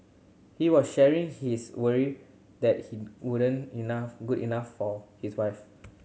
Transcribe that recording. he was sharing his worry that he wouldn't enough good enough for his wife